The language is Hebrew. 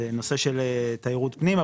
הנושא של תיירות פנים.